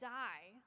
die